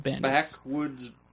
backwoods